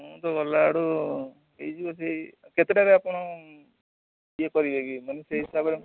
ମୁଁ ତ ଗଲାବେଳକୁ ହୋଇଯିବ ସେଇ କେତେଟାରେ ଆପଣ ଇଏ କରିବେ କି ମାନେ ସେଇ ହିସାବରେ